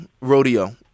Rodeo